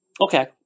Okay